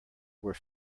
were